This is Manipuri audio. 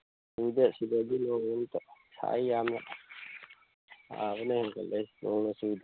ꯆꯨꯗꯦ ꯁꯤꯗꯗꯤ ꯅꯣꯡ ꯑꯝꯇ ꯁꯥꯏ ꯌꯥꯝꯅ ꯁꯥꯕꯅ ꯍꯦꯟꯒꯠꯂꯦ ꯅꯣꯡꯅ ꯆꯨꯗꯦ